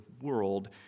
world